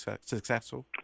successful